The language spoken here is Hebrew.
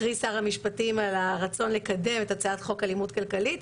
הכריז שר המשפטים על הרצון לקדם את הצעת חוק אלימות כלכלית,